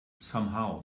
somehow